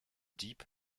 dieb